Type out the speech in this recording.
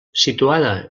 situada